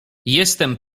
jestem